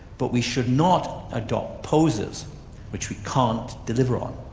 but we should not adopt poses which we can't deliver on.